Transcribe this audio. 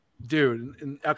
Dude